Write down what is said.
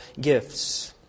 gifts